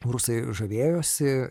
rusai žavėjosi